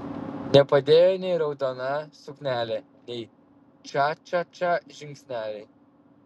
nepadėjo nei raudona suknelė nei ča ča ča žingsneliai